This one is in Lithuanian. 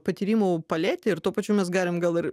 patyrimų paletė ir tuo pačiu mes galim gal ir